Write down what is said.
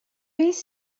beth